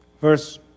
verse